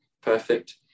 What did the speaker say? Perfect